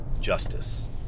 justice